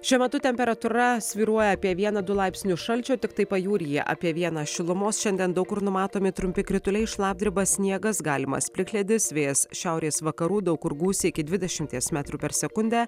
šiuo metu temperatūra svyruoja apie vieną du laipsnius šalčio tiktai pajūryje apie vieną šilumos šiandien daug kur numatomi trumpi krituliai šlapdriba sniegas galimas plikledis vėjas šiaurės vakarų daug kur gūsiai iki dvidešimties metrų per sekundę